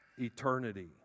eternity